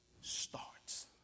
starts